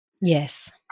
Yes